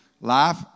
life